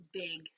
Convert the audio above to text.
big